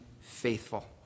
faithful